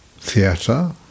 theatre